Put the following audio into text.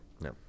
No